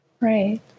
Right